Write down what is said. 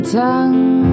tongue